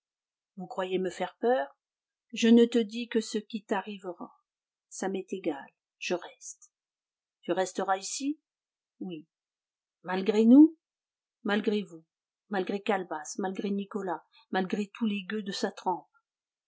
vous croyez me faire peur je ne te dis que ce qui t'arrivera ça m'est égal je reste tu resteras ici oui malgré nous malgré vous malgré calebasse malgré nicolas malgré tous les gueux de sa trempe